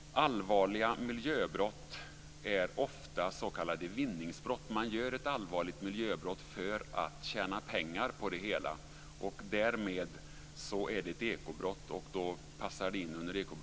Allvarliga miljöbrott är ofta s.k. vinningsbrott, dvs. att man begår ett allvarligt miljöbrott för att tjäna pengar. Därmed är det ett ekobrott, och då passar det in under